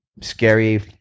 scary